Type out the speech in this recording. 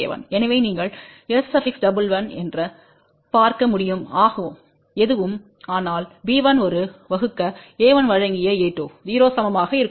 எனவே நீங்கள் S11 என்று பார்க்க முடியும் ஆகும் எதுவும் ஆனால் b1ஒரு வகுக்கa1வழங்கியa20 சமமாக இருக்கும்